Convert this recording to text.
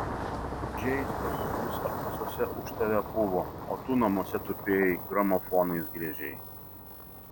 žeistos jis apkasuose už tave puvo o tu namuose tupėjai gramofonais griežei